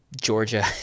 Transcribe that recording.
Georgia